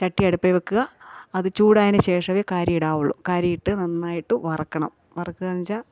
ചട്ടി അടുപ്പേ വെക്കാ അത് ചൂടായതിന് ശേഷമേ കാരിയിടാവൊള്ളു കാരിയിട്ട് നന്നായിട്ട് വറക്കണം വറക്ക്വാന്ന്ച്ചാൽ